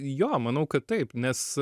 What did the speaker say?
jo manau kad taip nes